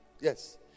Yes